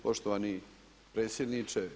Poštovani predsjedniče.